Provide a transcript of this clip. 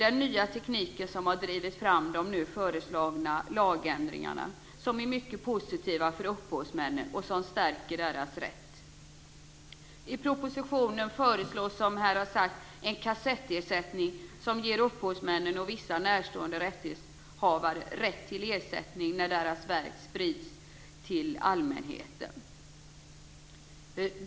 Den nya tekniken har drivit fram de nu föreslagna lagändringarna, som är positiva för upphovsmännen och som stärker deras rätt. I propositionen föreslås, som här har sagts, en kassettersättning som ger upphovsmännen och vissa närstående rättighetshavare rätt till ersättning när deras verk sprids till allmänheten.